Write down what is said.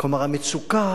כלומר, המצוקה